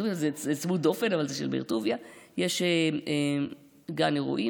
זה צמוד דופן, אבל זה של באר טוביה.